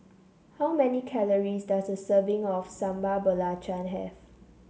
how many calories does a serving of Sambal Belacan have